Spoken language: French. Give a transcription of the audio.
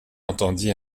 entendit